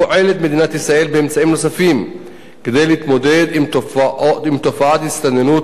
פועלת מדינת ישראל באמצעים נוספים כדי להתמודד עם תופעת ההסתננות